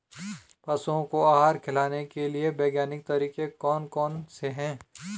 पशुओं को आहार खिलाने के लिए वैज्ञानिक तरीके कौन कौन से हैं?